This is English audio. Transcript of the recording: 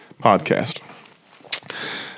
Podcast